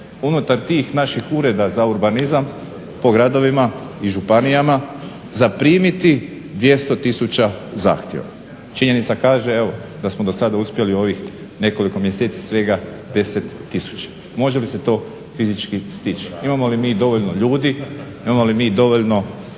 unutar tih naših Ureda za urbanizam po gradovima i županijama, zaprimiti 200 tisuća zahtjeva. Činjenica kaže, evo da smo do sada uspjeli u ovih nekoliko mjeseci svega 10 tisuća. Može li se to fizički stići? Imamo li mi dovoljno ljudi, imamo li mi dovoljno